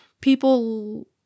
people